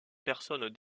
personnes